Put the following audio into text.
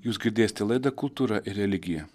jūs girdėsite laidą kultūra ir religija